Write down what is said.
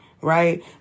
Right